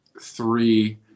three